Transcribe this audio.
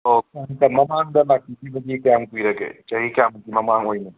ꯑꯣ ꯃꯃꯥꯡꯗ ꯂꯥꯛꯄꯤꯈꯤꯕꯗꯤ ꯀꯌꯥꯝ ꯀꯨꯏꯔꯒꯦ ꯆꯍꯤ ꯀꯌꯥꯃꯨꯛꯀꯤ ꯃꯃꯥꯡ ꯑꯣꯢꯏꯅꯤ